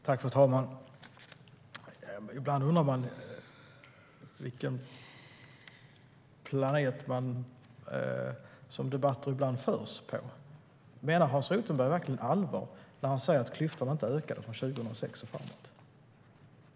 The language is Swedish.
Fru talman! Ibland undrar jag på vilken planet debatter förs. Menar Hans Rothenberg verkligen allvar när han säger att klyftorna inte ökade från 2006 och framåt?